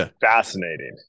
fascinating